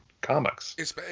comics